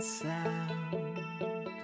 sound